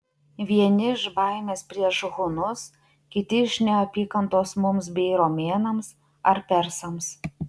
vieni iš baimės prieš hunus kiti iš neapykantos mums bei romėnams ar persams